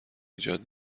ایجاد